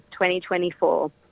2024